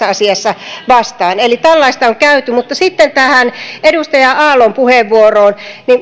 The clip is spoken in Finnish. asiassa vastaan eli tällaista on käyty mutta sitten tähän edustaja aallon puheenvuoroon